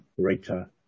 greater